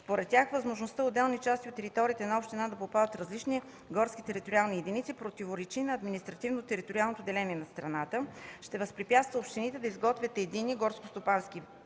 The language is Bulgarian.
Според тях възможността отделни части от територията на една община да попаднат в различни горски териториални единици противоречи на административно-териториалното деление на страната, ще възпрепятства общините да изготвят единен горскостопански